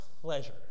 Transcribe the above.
pleasure